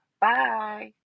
Bye